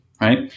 right